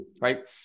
Right